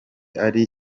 ari